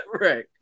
Right